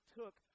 took